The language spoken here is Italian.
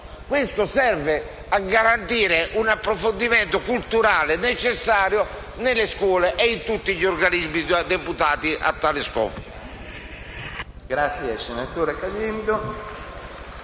serve invece a garantire un approfondimento culturale necessario nelle scuole e in tutti gli organismi già deputati a tale scopo.